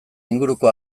inguruko